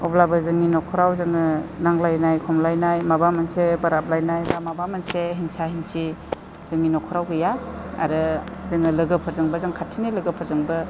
अब्लाबो जोंनि न'खराव जोङो नांलायनाय खमलायनाय माबा मोनसे बोराबलायनाय बा माबा मोनसे हिंसा हिंसि जोंनि न'खराव गैया आरो जोङो लोगोफोरजोंबो जों खाथिनि लोगोफोरजोंबो